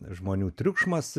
žmonių triukšmas